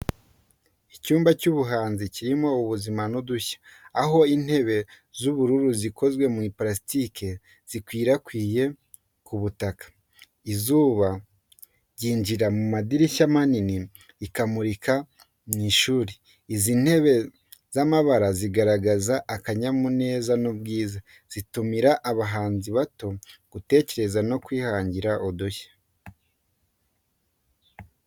Icyumba cy’ubuhanzi kirimo ubuzima n’udushya, aho intebe z’ubururu zikoze mu purasitike zikwirakwijwe ku butaka. Izuba ryinjira mu madirishya manini, rikamurikira mu ishuri. Izi ntebe z’amabara zigaragaza akanyamuneza n'ubwiza, zitumira abahanzi bato, gutekereza no kwihangira udushya.